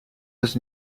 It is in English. was